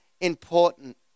important